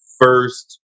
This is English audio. first